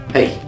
Hey